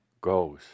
goes